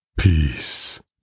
Peace